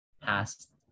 past